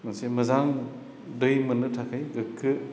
मोनसे मोजां दै मोननो थाखाय गोग्गो